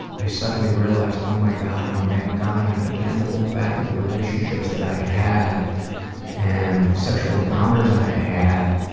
i suddenly realized, oh my god, i'm that guy. and i began to look back at the relationships that i'd had and the sexual encounters i'd had,